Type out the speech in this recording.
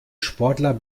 sportler